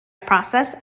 process